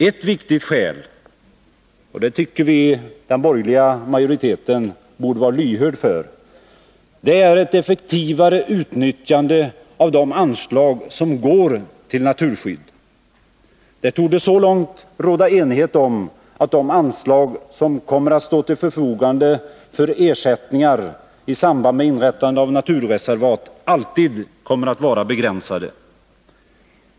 Ett viktigt skäl — och det tycker vi att den borgerliga majoriteten borde vara lyhörd för — är ett effektivare utnyttjande av de anslag som går till naturskydd. Det torde råda enighet om att de anslag som kommer att stå till förfogande för ersättning i samband med inrättande av naturreservat alltid kommer att vara begränsade.